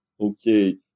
okay